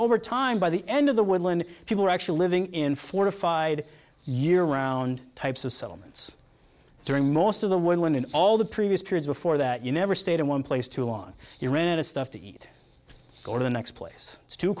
over time by the end of the woodland people are actually living in fortified year around types of settlements during most of the woodland in all the previous periods before that you never stayed in one place too long you ran out of stuff to eat or the next place